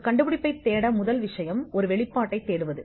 ஒரு கண்டுபிடிப்பைத் தேட முதல் விஷயம் ஒரு வெளிப்பாட்டைத் தேடுவது